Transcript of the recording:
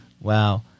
Wow